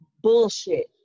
bullshit